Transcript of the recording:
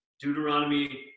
Deuteronomy